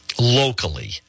locally